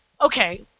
okay